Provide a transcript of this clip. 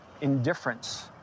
indifference